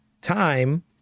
time